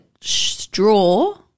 Straw